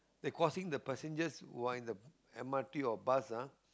they causing the passengers who are in the m_r_t or bus ah